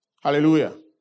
Hallelujah